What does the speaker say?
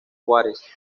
juárez